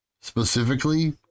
specifically